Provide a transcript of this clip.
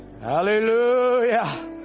hallelujah